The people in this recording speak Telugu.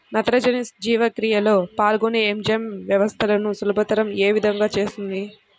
నత్రజని జీవక్రియలో పాల్గొనే ఎంజైమ్ వ్యవస్థలను సులభతరం ఏ విధముగా చేస్తుంది?